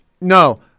no